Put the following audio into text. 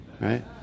right